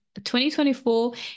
2024